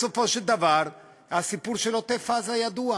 בסופו של דבר הסיפור של עוטף-עזה ידוע.